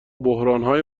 بحرانهای